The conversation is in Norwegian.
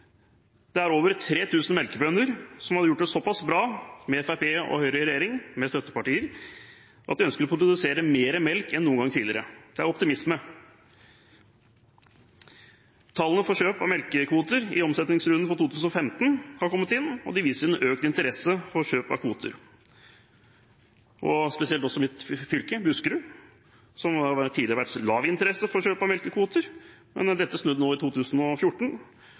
Det er over 3 000 melkebønder som har gjort det såpass bra med Fremskrittspartiet og Høyre i regjering – med støttepartier – at de ønsker å produsere mer melk enn noen gang tidligere. Det er optimisme. Tallene for kjøp av melkekvoter i omsetningsrunden for 2015 har kommet inn, og de viser en økt interesse for kjøp av kvoter, også i mitt fylke, Buskerud, hvor det tidligere har vært lav interesse for kjøp av melkekvoter. Men dette snudde i 2014,